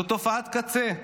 זו תופעת קצה,